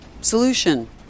solution